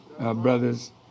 brothers